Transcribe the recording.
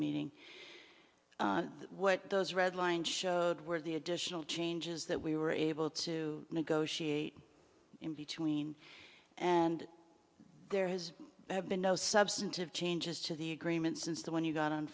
meeting what those redlined showed were the additional changes that we were able to negotiate in between and there has been no substantive changes to the agreement since the one you got on